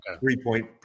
three-point